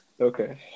Okay